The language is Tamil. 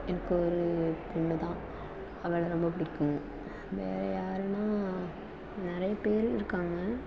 எனக்கு ஒரு பொண்ணுதான் அவளை ரொம்ப பிடிக்கும் வேற யாருன்னா நிறைய பேரு இருக்காங்க